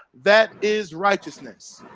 that is righteousness